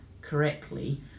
correctly